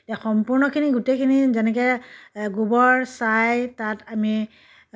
সম্পূৰ্ণখিনি গোটেইখিনি যেনেকৈ গোৱৰ ছাই তাত আমি